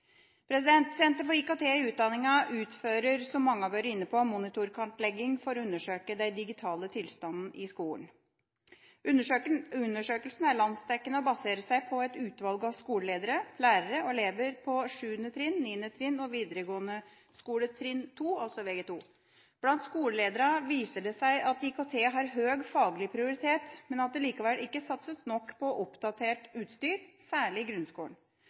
våre. Senter for IKT i utdanningen utfører, som mange har vært inne på, Monitor-kartleggingen for å undersøke den «digitale tilstanden» i skolen. Undersøkelsen er landsdekkende og baserer seg på et utvalg av skoleledere, lærere og elever på 7. trinn, 9. trinn og videregående skole trinn 2, altså Vg2. Blant skolelederne viser det seg at IKT har høg faglig prioritet, men at det likevel ikke satses nok på oppdatert utstyr, særlig i grunnskolen.